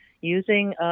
using